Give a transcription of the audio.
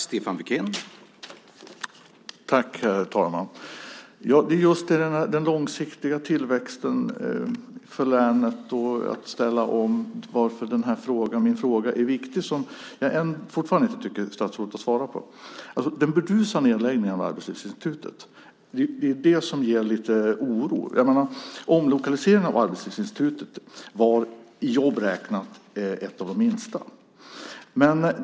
Herr talman! Det är just på grund av den långsiktiga tillväxten för länet och att ställa om som min fråga är viktig, och jag tycker att statsrådet fortfarande inte har svarat på den. Den burdusa nedläggningen av Arbetslivsinstitutet ger lite oro. Omlokaliseringen av Arbetslivsinstitutet var i jobb räknat en av de minsta.